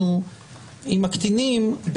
אנחנו עם הקטינים,